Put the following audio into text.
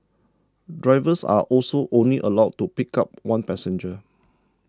drivers are also only allowed to pick up one passenger